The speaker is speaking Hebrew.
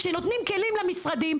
כשנותנים כלים למשרדים,